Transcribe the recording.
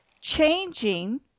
changing